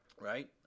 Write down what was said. right